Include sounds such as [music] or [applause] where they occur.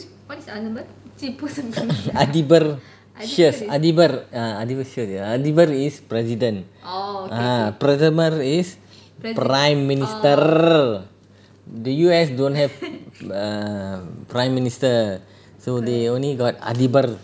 [laughs] அதிபர்:adhibar yes அதிபர்:adhibar is president ah பிரதமர்:pirathamar is prime minister the U_S don't have err prime minister so they only got அதிபர்:adhibar